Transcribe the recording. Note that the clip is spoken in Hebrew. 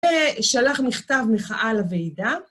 ושלח מכתב מחאה לוועידה.